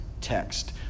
text